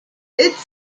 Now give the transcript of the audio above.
its